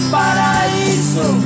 paraíso